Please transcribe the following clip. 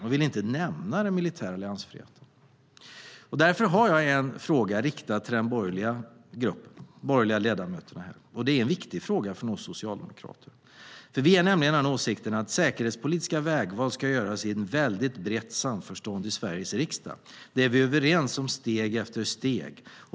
De vill inte nämna den militära alliansfriheten. Därför har jag en fråga riktad till de borgerliga ledamöterna, och det är en viktig fråga för oss socialdemokrater. Vi är nämligen av den åsikten att säkerhetspolitiska vägval ska göras i ett väldigt brett samförstånd i Sveriges riksdag där vi är överens om steg efter steg.